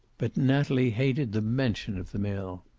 but natalie hated the mention of the mill.